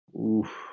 Oof